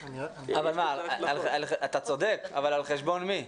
אתה צודק, אבל על חשבון מי?